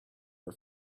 her